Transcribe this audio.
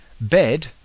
bed